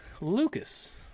Lucas